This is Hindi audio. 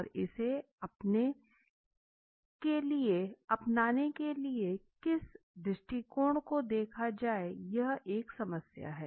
और इसे अपनाने के लिए किस दृष्टिकोण को देखा जाये यह एक समस्या है